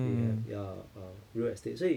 they have ya uh real estate 所以